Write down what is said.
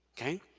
okay